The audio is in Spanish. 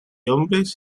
hombres